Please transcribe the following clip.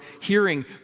hearing